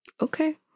Okay